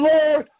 Lord